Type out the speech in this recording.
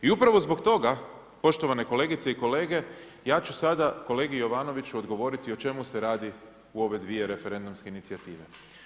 I upravo zbog toga poštovane kolegice i kolege, ja ću sada kolegi Jovanoviću odgovoriti o čemu se radi u ove dvije referendumske inicijative.